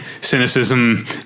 cynicism